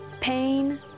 Pain